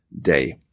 day